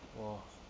!wah!